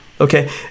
Okay